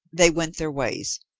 they went their ways,